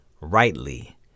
rightly